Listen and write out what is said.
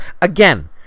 Again